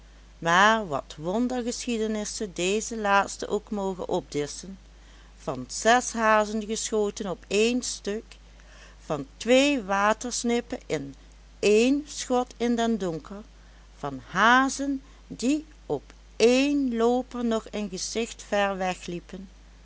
maar wat wondergeschiedenissen deze laatsten ook mogen opdisschen van zes hazen geschoten op één stuk van twee watersnippen in één schot in den donker van hazen die op één looper nog een gezicht ver wegliepen